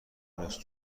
مونس